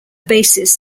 basis